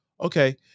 okay